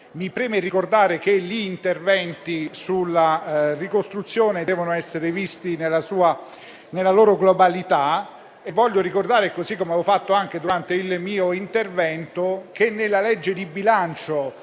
Mi preme ricordare che gli interventi sulla ricostruzione devono essere visti nella loro globalità. Vorrei ricordare inoltre - così come avevo fatto anche durante il mio intervento - che nella legge di bilancio